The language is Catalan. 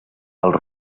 pels